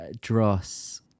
Dross